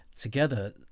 together